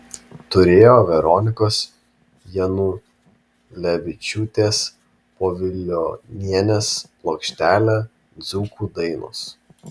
turėjo veronikos janulevičiūtės povilionienės plokštelę dzūkų dainos